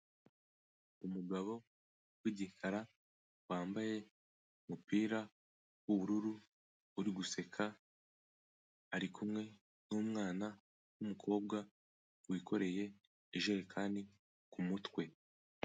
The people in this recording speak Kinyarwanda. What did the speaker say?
Umugabo w'igikara wambaye umupira w'ubururu uri guseka, ari kumwe n'umwana w'umukobwa wikoreye ijerekani ku mutwe.